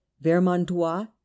Vermandois